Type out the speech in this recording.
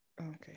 okay